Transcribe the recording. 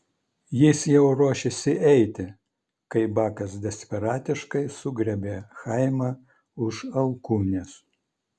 jis jau ruošėsi eiti kai bakas desperatiškai sugriebė chaimą už alkūnės